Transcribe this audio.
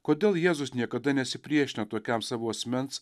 kodėl jėzus niekada nesipriešina tokiam savo asmens